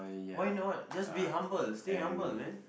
why not just be humble stay humble man